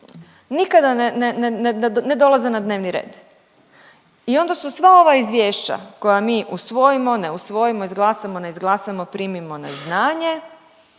nikada ne dolaze na dnevni red. I onda su sva ova izvješća koja mi usvojimo, ne usvojimo, izglasamo, ne izglasamo, primimo na znanje